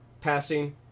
passing